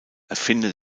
erfinder